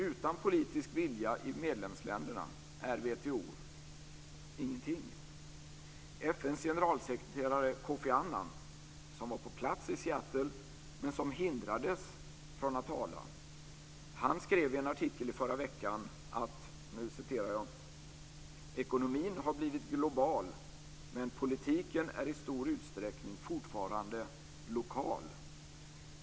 Utan politisk vilja i medlemsländerna är WTO ingenting. FN:s generalsekreterare Kofi Annan, som var på plats i Seattle men som hindrades från att tala, skrev i en artikel i förra veckan: Ekonomin har blivit global, men politiken är i stor utsträckning fortfarande lokal.